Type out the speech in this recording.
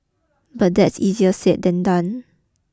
but that's easier said than done